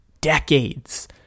decades